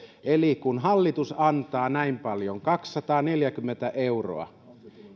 kun hallitus antaa näin paljon kaksisataaneljäkymmentä euroa